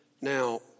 Now